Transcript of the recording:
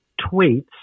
tweets